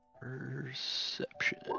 Perception